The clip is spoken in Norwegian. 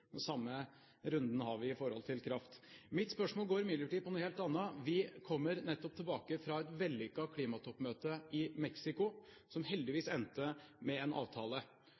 Den samme runden har vi i tilknytning til kraft. Mitt spørsmål går imidlertid på noe helt annet. Vi har nettopp kommet tilbake fra et vellykket klimatoppmøte i Mexico, som heldigvis endte med en avtale.